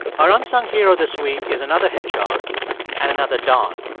our unsung hero this week is another hedgehog and another don.